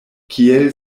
kiel